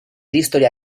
historia